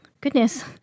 Goodness